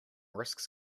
risks